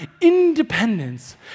independence